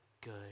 good